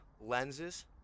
lenses